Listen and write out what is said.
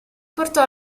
portò